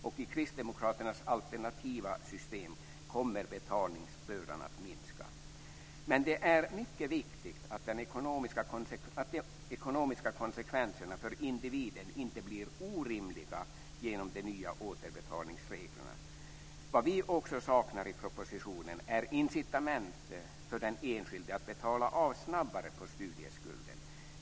I kristdemokraternas alternativa system kommer betalningsbördan att minska. Men det är mycket viktigt att de ekonomiska konsekvenserna för individen inte blir orimliga genom de nya återbetalningsreglerna. Det vi också saknar i propositionen är incitament för den enskilde att betala av snabbare på studieskulden.